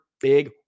big